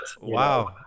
wow